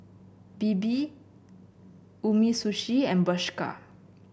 Bebe Umisushi and Bershka